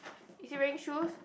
is he wearing shoes